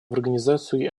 организацию